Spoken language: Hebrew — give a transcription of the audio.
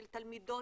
תלמידים,